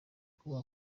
kuba